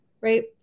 right